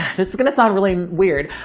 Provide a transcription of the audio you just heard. this is going to sound really weird.